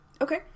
Okay